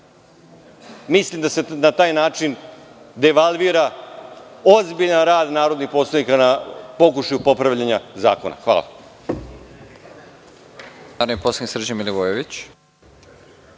mislim da se na taj način devalvira ozbiljan rad narodnih poslanika na pokušaju popravljanja zakona. Hvala.